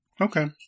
Okay